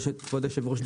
כבוד היושב-ראש,